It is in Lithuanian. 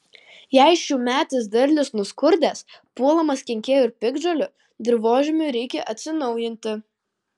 jei šiųmetis derlius nuskurdęs puolamas kenkėjų ir piktžolių dirvožemiui reikia atsinaujinti